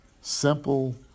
Simple